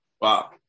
Wow